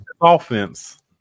offense